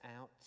out